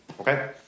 Okay